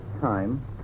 time